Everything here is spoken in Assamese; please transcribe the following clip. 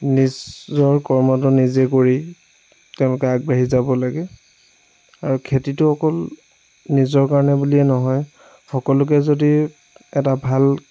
নিজৰ কৰ্মটো নিজে কৰি তেওঁলোকে আগবাঢ়ি যাব লাগে আৰু খেতিতো কেৱল নিজৰ কাৰণে বুলিয়ে নহয় সকলোকে যদি এটা ভাল